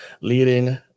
leading